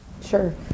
Sure